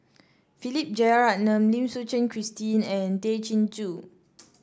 Philip Jeyaretnam Lim Suchen Christine and Tay Chin Joo